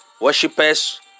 worshippers